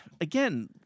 again